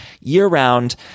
year-round